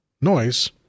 noise